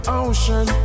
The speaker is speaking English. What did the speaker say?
ocean